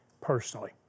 personally